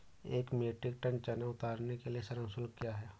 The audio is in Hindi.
एक मीट्रिक टन चना उतारने के लिए श्रम शुल्क क्या है?